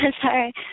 Sorry